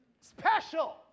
Special